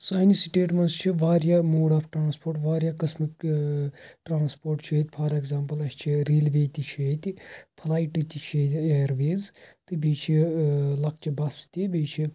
سانہِ سِٹیٹ مَنٛز چھِ واریاہ موڈ آف ٹرٛانَسپورٹ واریاہ قٕسمٕکۍ ٲں ٹرٛانَسپورٹ چھِ ییٚتہِ فار ایٚگزامپٕل اسہِ چھِ ریلوے تہِ چھِ ییٚتہِ فٕلایٹہٕ تہِ چھِ ییٚتہِ ایَرویز تہٕ بیٚیہٕ چھِ ٲں لۄکچہٕ بَسہٕ تہِ بیٚیہِ چھِ